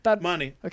Money